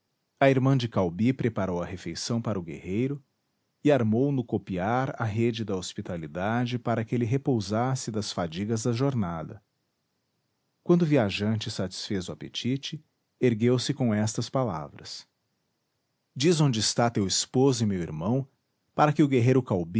a irmã de caubi preparou a refeição para o guerreiro e armou no copiar a rede da hospitalidade para que ele repousasse das fadigas da jornada quando o viajante satisfez o apetite ergueu-se com estas palavras diz onde está teu esposo e meu irmão para que o guerreiro